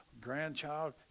grandchild